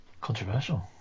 Controversial